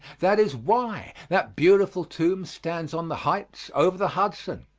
that is why that beautiful tomb stands on the heights over the hudson.